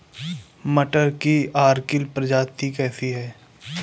मटर की अर्किल प्रजाति कैसी है?